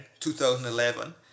2011